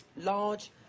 large